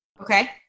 Okay